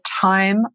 time